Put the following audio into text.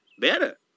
Better